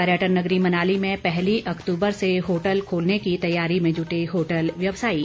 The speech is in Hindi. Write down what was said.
पर्यटन नगरी मनाली में पहली अक्तूबर से होटल खोलने की तैयारी में जुटे होटल व्यवसायी